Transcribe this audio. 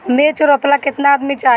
मिर्च रोपेला केतना आदमी चाही?